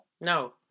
No